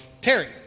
Terry